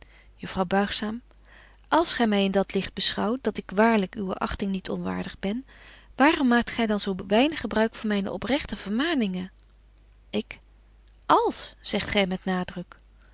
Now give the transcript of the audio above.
juffrouw buigzaam als gy my in dat licht beschouwt dat ik waarlyk uwe achting niet onwaardig ben waarom maakt gy dan zo weinig gebruik van myne oprechte vermaningen ik als zegt gy met